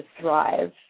thrive